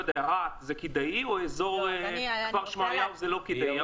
רהט הוא כדאי או אזור כפר שמריהו הוא לא כדאי.